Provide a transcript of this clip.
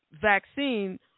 vaccine